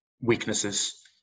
weaknesses